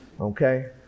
Okay